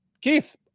Keith